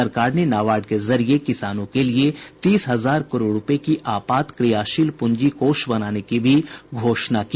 सरकार ने नाबार्ड के जरिए किसानों के लिए तीस हजार करोड़ रुपए की आपात क्रियाशील प्रंजी कोष बनाने की भी घोषणा की